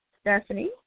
Stephanie